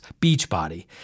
Beachbody